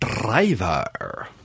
Driver